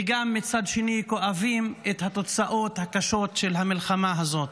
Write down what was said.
וגם מצד שני כואבים את התוצאות הקשות של המלחמה הזאת.